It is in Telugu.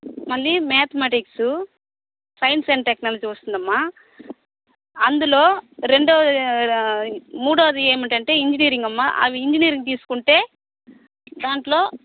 మళ్ళీ మ్యాథమెటిక్స్ సైన్స్ అండ్ టెక్నాలజీ వస్తుందమ్మా అందులో రెండో మూడోది ఏమిటంటే ఇంజినీరింగ్ అమ్మా అవి ఇంజినీరింగ్ తీసుకుంటే దాంట్లో